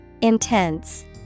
Intense